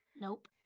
Nope